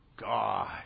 God